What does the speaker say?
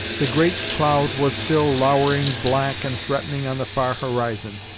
the great cloud was still louring black and threatening on the far horizon,